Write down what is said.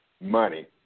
money